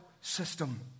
system